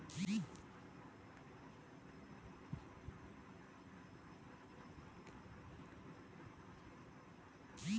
ನಾವು ಕಲಿತ್ಗಂಡಿರೊ ವಿದ್ಯೆಲಾಸಿ ಬೇಸು ಕೆಲಸ ಮಾಡಿ ಒಳ್ಳೆ ಕೆಲ್ಸ ತಾಂಡು ಬೆಳವಣಿಗೆ ಕಾಣಬೋದು